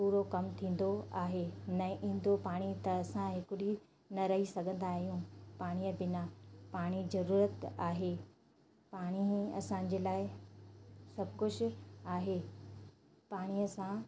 पूरो कम थींदो आहे न ईंदो पाणी त असां हिक ॾींहुं न रही सघंदा आहियूं पाणीअ बिना पाणी जरूरत आहे पाणी असांजे लाइ सभु कुझु आहे पाणीअ सां